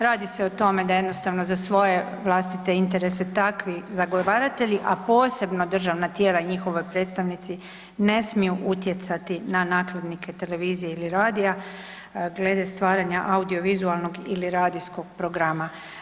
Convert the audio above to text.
Radi se o tome da jednostavno za svoje vlastite interese takvi zagovaratelji, a posebno državna tijela i njihovi predstavnici ne smiju utjecati na nakladnike televizije ili radija glede stvaranja audiovizualnog ili radijskog programa.